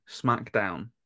smackdown